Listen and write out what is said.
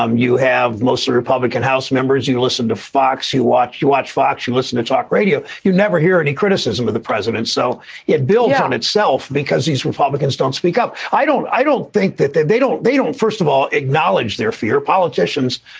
um you have mostly republican house members who listen to fox. you watch you watch fox, you listen to talk radio. you never hear any criticism of the president. so it builds on itself because these republicans don't speak up. i don't i don't think that they they don't. they don't, first of all, acknowledge their fear. politicians.